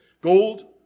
Gold